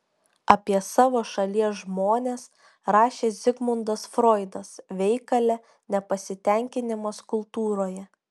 apie savo šalies žmones rašė zigmundas froidas veikale nepasitenkinimas kultūroje